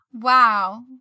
Wow